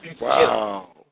Wow